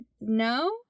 No